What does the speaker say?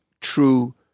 true